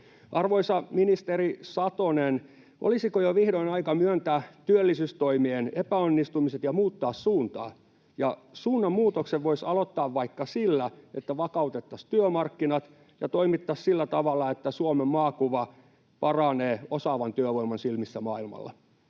Arvoisa ministeri Satonen, olisiko jo vihdoin aika myöntää työllisyystoimien epäonnistumiset ja muuttaa suuntaa? Suunnanmuutoksen voisi aloittaa vaikka sillä, että vakautettaisiin työmarkkinat ja toimittaisiin sillä tavalla, että Suomen maakuva paranee osaavan työvoiman silmissä maailmalla.